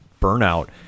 burnout